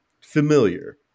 familiar